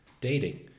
Dating